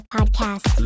Podcast